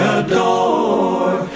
adore